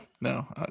no